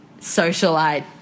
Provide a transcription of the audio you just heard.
socialite